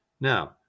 Now